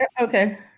okay